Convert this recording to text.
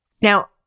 Now